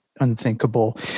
unthinkable